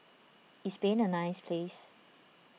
is Spain a nice place